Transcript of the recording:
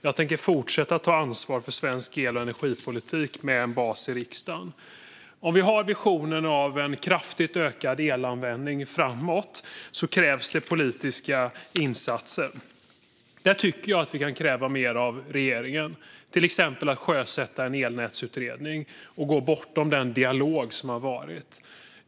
Jag tänker fortsätta att ta ansvar för en svensk el och energipolitik med bas i riksdagen. Om vi har en vision om en kraftigt ökad elanvändning framåt krävs politiska insatser. Här tycker jag att vi kan kräva mer av regeringen, till exempel att sjösätta en elnätsutredning och gå bortom den dialog som har varit.